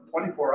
24